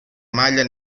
maglia